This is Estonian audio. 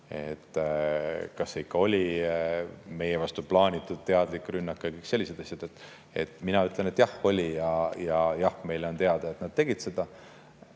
kas see ikka oli meie vastu plaanitud teadlik rünnak, ja kõik sellised asjad, siis mina ütlen, et jah oli. Jah, meile on teada, et nad tegid seda.